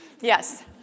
Yes